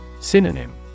Synonym